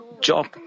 Job